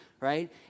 right